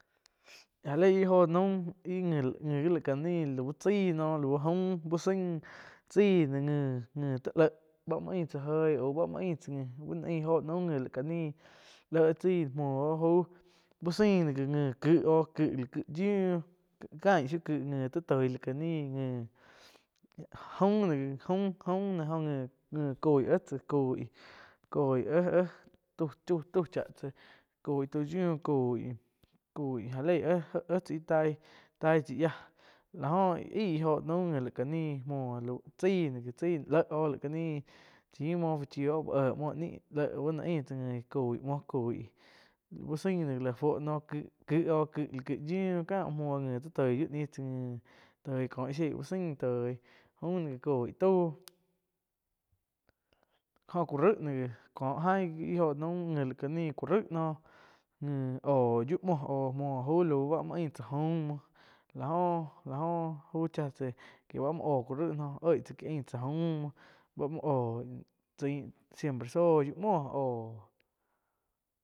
Já lei íh jo naum íh nji gi lai ká nih lau chaíh noh, lau jaum, úh sain, chaíh no nji tó leh ba muo ain tsá oig au bá muoh ain tsá ngi bu no ain jo naum nji la ká níh léh chaíh muoh oh jau úh zain noh gi nji ki oh ki la ki yiuh kain shiu ki nji to toig la ka ni nji jaum no gi jaum-jaum no oh nji coih éh tsá coih, coih hé-hé tau cháh tsáh coih tau yiuh coi, coi já lei éh tsáh íh taíh, taíh chai yiah la óh aig ih jo naum nji la ka ni muoh lau chaín léh óh lá ka nih chim muo fu chí oh uh éh muoh nih léh ba noh ain tsá nji coih mo, uh sain no wi la fuo ki oh ki yiu ka muo muoh jo nji to toih yiu ni tsá nji toi kó ih shieh uh sain toi uh no ga coi tau, jóh ku raig no wi có ain wi ih jóh naum nji la ka nih ku raig noh nji hóh yiu muoh hóh muo lau ain tsá jaum muo la óh jau cha tsá kie ba muo hóh ku raig oih tzai ke ain jaum muo báh muo óh chai siempre só yiu muoh hóh.